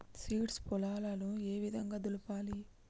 Seeds పొలాలను ఏ విధంగా దులపాలి?